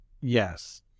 Yes